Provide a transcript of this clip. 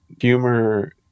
humor